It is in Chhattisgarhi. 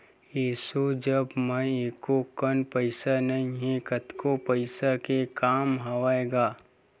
एसो जेब म एको कन पइसा नइ हे, कतको पइसा के काम हवय गा